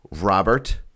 Robert